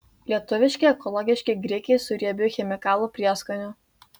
lietuviški ekologiški grikiai su riebiu chemikalų prieskoniu